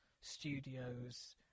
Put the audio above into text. studios